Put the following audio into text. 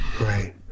right